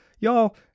Y'all